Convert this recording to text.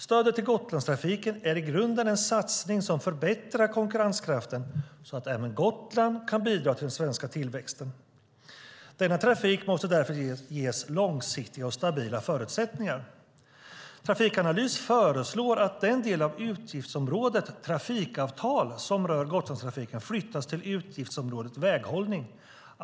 Stödet till Gotlandstrafiken är i grunden en satsning som förbättrar konkurrenskraften så att även Gotland kan bidra till den svenska tillväxten. Denna trafik måste därför ges långsiktiga och stabila förutsättningar. Trafikanalys föreslår att den del av utgiftsområdet Trafikavtal som rör Gotlandstrafiken flyttas till utgiftsområdet Väghållning.